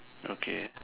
okay